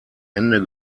ende